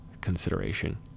consideration